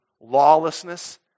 lawlessness